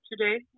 today